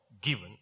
given